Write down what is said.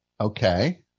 Okay